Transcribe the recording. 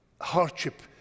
hardship